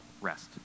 rest